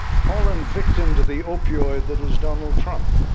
fallen victim to the opioid that is donald trump.